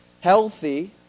Healthy